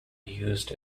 used